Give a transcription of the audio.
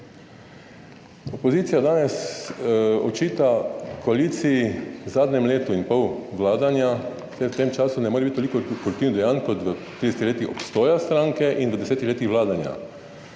Opozicija danes očita koaliciji v zadnjem letu in pol vladanja, ker v tem času ne more biti toliko koruptivnih dejanj kot v tistih letih obstoja stranke in v desetih letih vladanja.